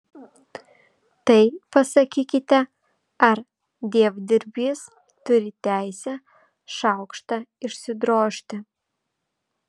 tai pasakykite ar dievdirbys turi teisę šaukštą išsidrožti